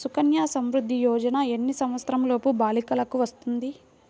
సుకన్య సంవృధ్ది యోజన ఎన్ని సంవత్సరంలోపు బాలికలకు వస్తుంది?